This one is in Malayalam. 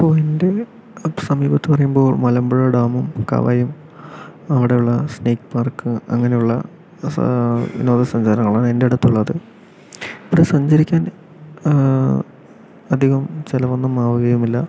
ഇപ്പോൾ എൻ്റെ സമീപത്ത് പറയുമ്പോൾ മലമ്പുഴ ഡാമും അവിടെയുള്ള സ്നേക്ക് പാർക്ക് അങ്ങനെയുള്ള വിനോദ സഞ്ചാരങ്ങളാണ് എൻ്റെ അടുത്ത് ഉള്ളത് പിന്നെ സഞ്ചരിക്കാൻ അധികം ചിലവ് ഒന്നും ആവുകയുമില്ല